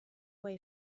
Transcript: way